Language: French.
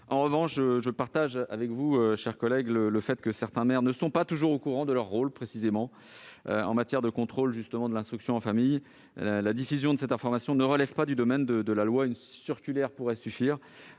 En revanche, je suis d'accord avec vous, cher collègue, sur le fait que certains maires ne sont pas toujours au courant de leur rôle exact en matière de contrôle de l'instruction en famille. Cela étant, la diffusion de cette information ne relève pas du domaine de la loi : une circulaire pourrait suffire.